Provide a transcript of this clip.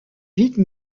vite